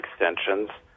extensions